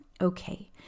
Okay